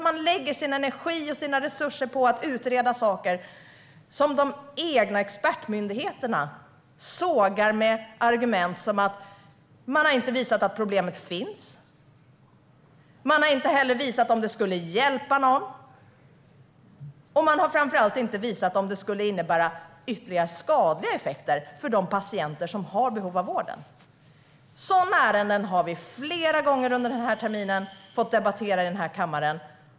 Man lägger sin energi och sina resurser på att utreda saker som de egna expertmyndigheterna sågar med argument som att man inte har visat att problemet finns, att man inte har visat att det skulle hjälpa någon och att man - framför allt - inte har visat om det skulle innebära ytterligare skadliga effekter för de patienter som har behov av vården. Sådana ärenden har vi flera gånger under den här terminen fått debattera här i kammaren.